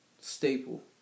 Staple